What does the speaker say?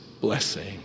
blessing